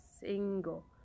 single